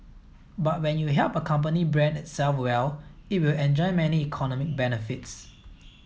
but when you help a company brand itself well it will enjoy many economic benefits